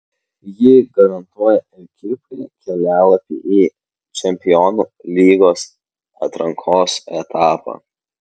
ji garantuoja ekipai kelialapį į čempionų lygos atrankos etapą